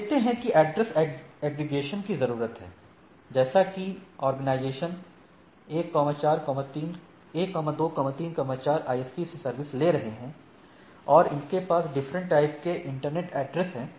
हम देखते हैं कि एड्रेस एग्रीगेशन की जरूरत है जैसे कि ऑर्गेनाइजेशन 1234 ISP से सर्विस ले रहे हैं और इनके पास डिफरेंट टाइप के इंटरनेट एड्रेस हैं